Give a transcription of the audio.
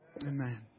Amen